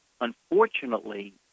unfortunately